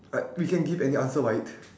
I we can give any answer right